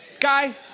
Guy